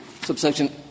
subsection —